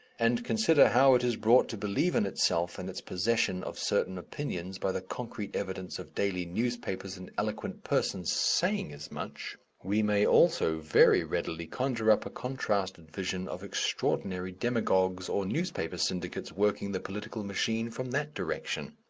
and consider how it is brought to believe in itself and its possession of certain opinions by the concrete evidence of daily newspapers and eloquent persons saying as much, we may also very readily conjure up a contrasted vision of extraordinary demagogues or newspaper syndicates working the political machine from that direction.